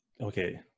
Okay